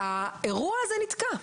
האירוע הזה נתקע.